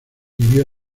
vivió